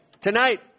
Tonight